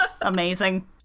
amazing